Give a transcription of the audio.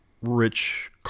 rich